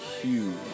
huge